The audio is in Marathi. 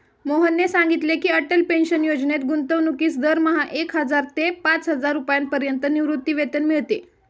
मोहनने सांगितले की, अटल पेन्शन योजनेत गुंतवणूकीस दरमहा एक हजार ते पाचहजार रुपयांपर्यंत निवृत्तीवेतन मिळते